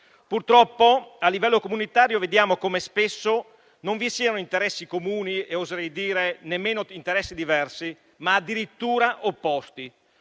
Purtroppo, a livello comunitario vediamo come spesso non vi siano interessi comuni e oserei dire nemmeno interessi diversi, ma addirittura opposti.